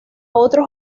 otros